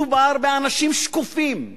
מדובר באנשים שקופים,